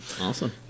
Awesome